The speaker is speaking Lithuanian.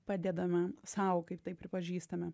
padedame sau kaip tai pripažįstame